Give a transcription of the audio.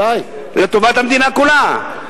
לטובת המדינה כולה.